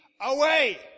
away